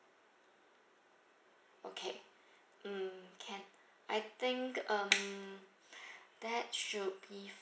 okay mm can I think um that should be